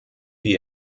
wir